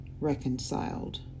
reconciled